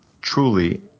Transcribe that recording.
truly